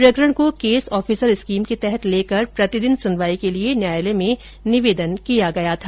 प्रकरण को case officer scheme के तहत लेकर प्रतिदिन सुनवाई के लिए न्यायालय में निवेदन किया गया था